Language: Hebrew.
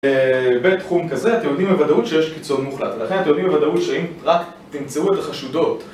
בתחום כזה אתם יודעים בוודאות שיש קיצון מוחלט, ולכן אתם יודעים בוודאות שאם רק תמצאו את החשודות